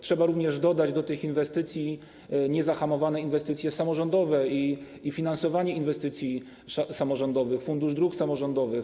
Trzeba również dodać do tych inwestycji niezahamowane inwestycje samorządowe i finansowanie inwestycji samorządowych, Fundusz Dróg Samorządowych.